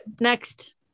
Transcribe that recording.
next